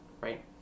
right